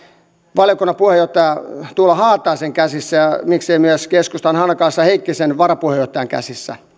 valiokunnan puheenjohtaja tuula haataisen käsissä ja miksei myös keskustan hannakaisa heikkisen varapuheenjohtajan käsissä